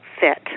fit